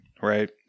Right